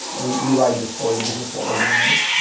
we we like this story. this is what we're going to make.